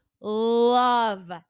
love